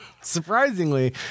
Surprisingly